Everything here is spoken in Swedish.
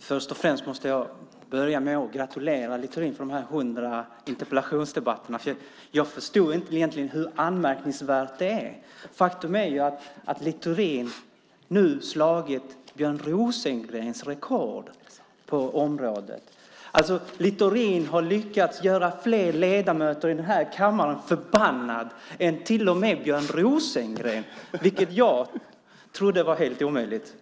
Först och främst måste jag börja med att gratulera Littorin för dessa 100 interpellationsdebatter. Jag förstod egentligen inte hur anmärkningsvärt det är. Faktum är att Littorin nu har slagit Björn Rosengrens rekord på området. Littorin har lyckats göra fler ledamöter i den här kammaren förbannade än till och med Björn Rosengren, vilket jag trodde var helt omöjligt.